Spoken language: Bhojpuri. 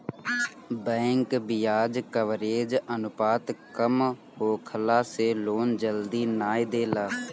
बैंक बियाज कवरेज अनुपात कम होखला से लोन जल्दी नाइ देला